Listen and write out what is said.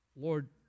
Lord